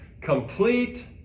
Complete